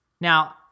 Now